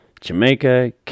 Jamaica